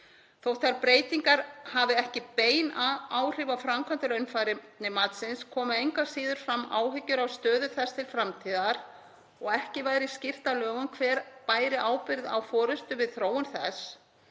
Þótt þær breytingar hafi ekki bein áhrif á framkvæmd raunfærnimatsins komu engu að síður fram áhyggjur af stöðu þess til framtíðar og að ekki væri skýrt af lögum hver bæri ábyrgð á forystu við þróun þess.